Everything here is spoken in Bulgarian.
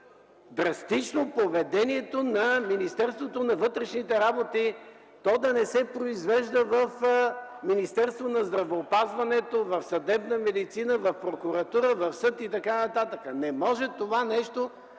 драстично поведението на Министерството на вътрешните работи – то да не се произвежда в Министерство на здравеопазването, в съдебна медицина, в прокуратура, в съд и т.н. Не може това нещо да продължава!